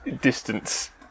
distance